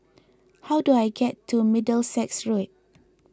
how do I get to Middlesex Road